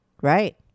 Right